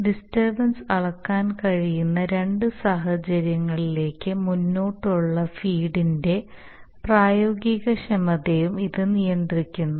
disturbance അളക്കാൻ കഴിയുന്ന രണ്ട് സാഹചര്യങ്ങളിലേക്ക് മുന്നോട്ടുള്ള ഫീഡിന്റെ പ്രയോഗക്ഷമതയെയും ഇത് നിയന്ത്രിക്കുന്നു